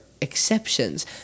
exceptions